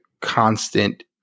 constant